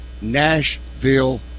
Nashville